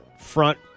front